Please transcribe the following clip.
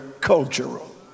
cultural